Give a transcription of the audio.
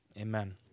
Amen